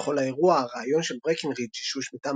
וכל האירוע/הרעיון של ברקנרידג' שהושמטה